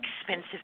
expensive